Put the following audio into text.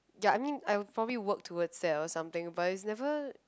ya I mean I'd probably work towards that or something but it's never